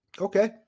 Okay